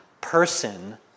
person